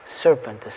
serpent